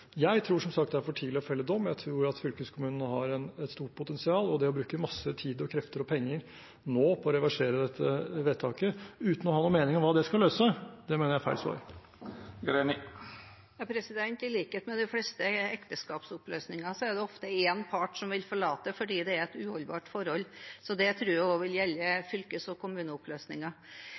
Jeg tror som sagt det er for tidlig å felle dom. Jeg tror at fylkeskommunene har et stort potensial, og det å bruke masse tid, krefter og penger nå på å reversere dette vedtaket, uten å ha noen mening om hva det skal løse, det mener jeg er feil svar. I likhet med de fleste ekteskapsoppløsninger er det ofte én part som vil forlate det fordi det er et uholdbart forhold, så det tror jeg også vil gjelde fylkes- og kommuneoppløsninger.